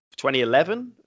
2011